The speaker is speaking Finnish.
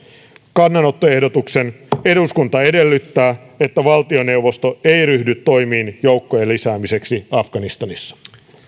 kannanottoehdotuksen eduskunta edellyttää että valtioneuvosto ei ryhdy toimiin joukkojen lisäämiseksi afganistanissa